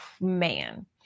Man